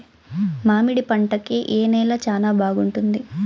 మామిడి పంట కి ఏ నేల చానా బాగుంటుంది